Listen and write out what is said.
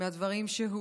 מהדברים שהוא